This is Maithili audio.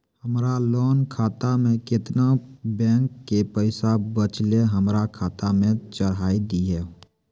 हमरा लोन खाता मे केतना बैंक के पैसा बचलै हमरा खाता मे चढ़ाय दिहो?